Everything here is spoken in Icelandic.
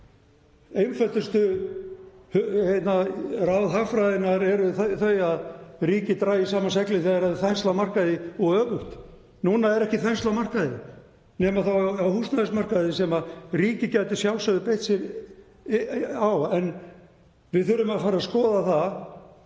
Einföldustu ráð hagfræðinnar eru þau að ríkið dragi saman seglin þegar þensla er á markaði og öfugt. Núna er ekki þensla á markaði, nema þá á húsnæðismarkaði þar sem ríkið gæti að sjálfsögðu beitt sér, en við þurfum að fara að skoða það